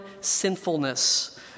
sinfulness